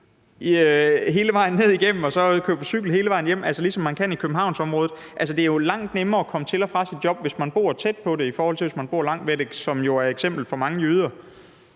hele vejen frem og tilbage, ligesom man kan i Københavnsområdet? Det er jo langt nemmere at komme til og fra sit job, hvis man bor tæt på det, i forhold til hvis man bor langt væk, som jo er tilfældet for mange jyder.